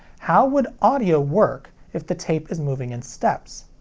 how would audio work if the tape is moving in steps?